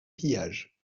pillage